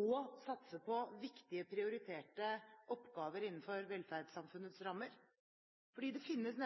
og satse på viktige prioriterte oppgaver innenfor velferdssamfunnets rammer. Det finnes